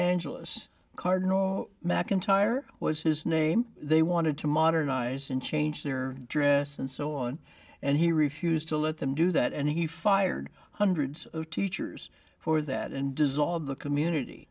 angeles cardinal macintyre was his name they wanted to modernize and change their dress and so on and he refused to let them do that and he fired hundreds of teachers for that and dissolve the community